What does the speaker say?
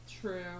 True